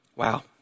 Wow